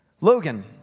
Logan